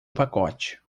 pacote